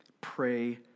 pray